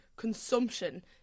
consumption